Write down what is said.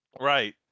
Right